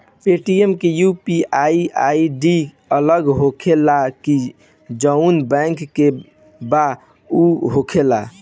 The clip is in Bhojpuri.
पेटीएम के यू.पी.आई आई.डी अलग होखेला की जाऊन बैंक के बा उहे होखेला?